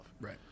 right